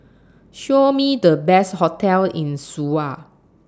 Show Me The Best hotels in Suva